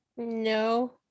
No